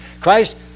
Christ